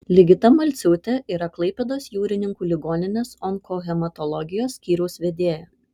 ligita malciūtė yra klaipėdos jūrininkų ligoninės onkohematologijos skyriaus vedėja